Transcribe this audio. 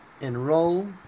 Enroll